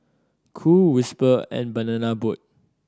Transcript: Cool Whisper and Banana Boat